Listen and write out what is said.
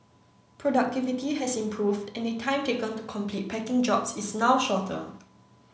productivity has improved and the time taken to complete packing jobs is now shorter